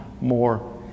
more